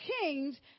kings